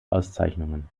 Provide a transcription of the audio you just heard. auszeichnungen